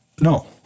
no